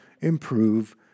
improve